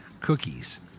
cookies